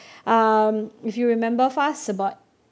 um if you remember Faz about